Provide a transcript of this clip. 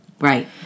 Right